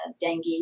dengue